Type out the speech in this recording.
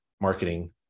marketing